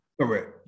Correct